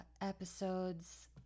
episodes